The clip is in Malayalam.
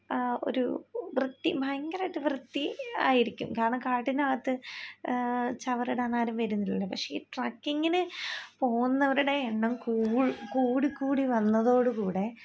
ആ ഒരു വൃത്തി ഭയങ്കരമായിട്ട് വൃത്തി ആയിരിക്കും കാരണം കാട്ടിനകത്ത് ചവറിടാനാരും വരുന്നില്ലല്ലൊ പക്ഷെ ഈ ട്രക്കിങ്ങിന് പോകുന്നവരുടെ എണ്ണം കൂ കൂടിക്കൂടി വന്നതോടു കൂടെ